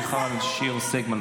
חברת הכנסת מיכל שיר סגמן,